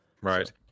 right